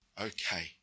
okay